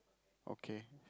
okay